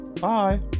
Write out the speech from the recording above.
Bye